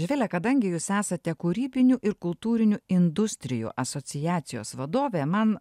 živile kadangi jūs esate kūrybinių ir kultūrinių industrijų asociacijos vadovė man